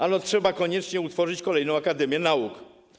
Ano trzeba koniecznie utworzyć kolejną akademię nauk.